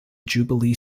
jubilee